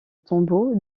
tombeau